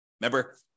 Remember